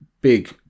big